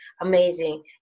amazing